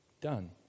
done